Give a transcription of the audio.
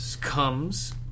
comes